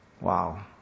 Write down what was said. Wow